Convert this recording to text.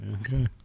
Okay